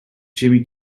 jimmy